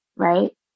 right